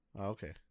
Okay